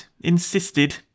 Insisted